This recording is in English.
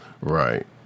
Right